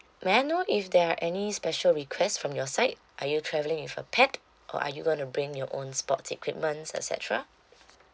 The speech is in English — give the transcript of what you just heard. may I know if there are any special request from your side are you travelling with a pet or are you going to bring your own sport equipments et cetera